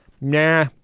nah